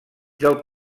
del